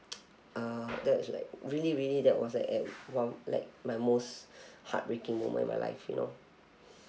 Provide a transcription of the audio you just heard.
uh that's like really really that was like an one like my most heartbreaking moment in my life you know